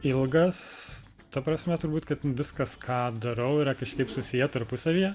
ilgas ta prasme turbūt kad viskas ką darau yra kažkaip susiję tarpusavyje